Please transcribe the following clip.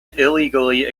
illegally